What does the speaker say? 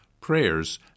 prayers